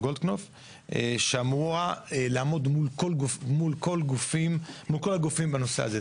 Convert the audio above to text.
גולדקנוף שאמורה לעמוד מול כל הגופים בנושא הזה.